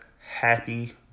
happy